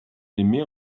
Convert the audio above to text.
aimez